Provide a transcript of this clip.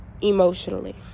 emotionally